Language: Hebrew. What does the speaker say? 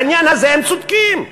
בעניין הזה הם צודקים.